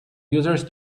users